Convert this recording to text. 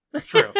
True